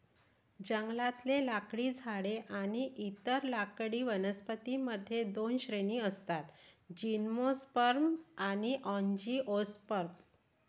जंगलातले लाकडी झाडे आणि इतर लाकडी वनस्पतीं मध्ये दोन श्रेणी असतातः जिम्नोस्पर्म आणि अँजिओस्पर्म